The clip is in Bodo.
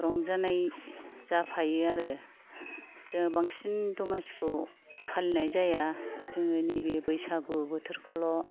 रंजानाय जाफायो आरो जोङो बांसिन दमासिखौ फालिनाय जाया जोङो नैबे बैसागु बोथोरखौल'